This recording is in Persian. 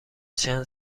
چند